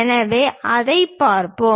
எனவே அதைப் பார்ப்போம்